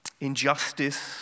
injustice